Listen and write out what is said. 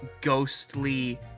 Ghostly